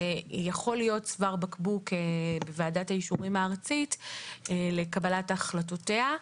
שיכול להיות צוואר בקבוק בוועדת האישורים הארצית לקבלת החלטותיה.